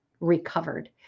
Recovered